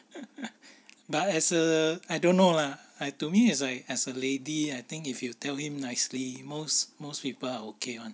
but as a I don't know lah I to me it's like as a lady I think if you tell him nicely most most people okay [one]